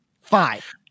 Five